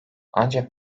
ancak